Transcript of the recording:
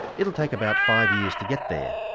it'll take about five years to get there.